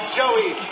Joey